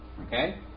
okay